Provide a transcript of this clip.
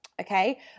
Okay